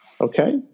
okay